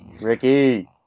Ricky